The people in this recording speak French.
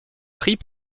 pris